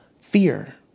fear